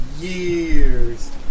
years